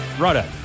Righto